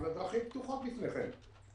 אז הדרכים פתוחות לפניכם.